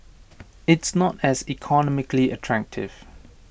it's not as economically attractive